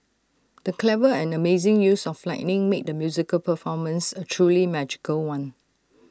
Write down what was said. the clever and amazing use of lighting made the musical performance A truly magical one